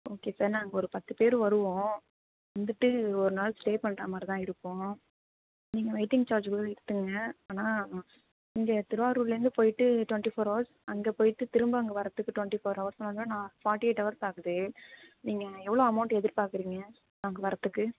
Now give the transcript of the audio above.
okay sir நாங்கள் ஒரு பத்து பேர் வருவோம் வந்துவிட்டு ஒரு நாள் ஸ்டே பண்ணுற மாதிரிதான் இருக்கோம் நீங்கள் வெயிட்டிங் சார்ஜ் கூட எடுத்துக்கோங்க ஆனால் இங்கே திருவாரூர்லிருந்து போயிட்டு டுவென்ட்டி ஃபோர் ஹவர்ஸ் அங்கே போயிட்டு திரும்ப அங்கே வரத்துக்கு டுவென்ட்டி ஃபோர் ஹவர்ஸ் ஆனாலும் நான் ஃபார்ட்டி எயிட் ஹவர்ஸ் ஆகுது நீங்கள் எவ்வளோ அமௌன்ட் எதிர்பார்க்குறீங்க நாங்கள் வர்றதுக்கு